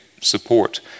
support